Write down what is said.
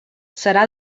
serà